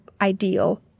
ideal